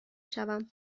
شوم